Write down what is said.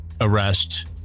arrest